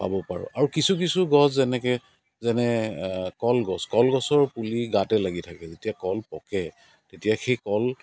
পাব পাৰোঁ আৰু কিছু কিছু গছ যেনেকৈ যেনে কলগছ কলগছৰ পুলি গাতে লাগি থাকে যেতিয়া কল পকে তেতিয়া সেই কল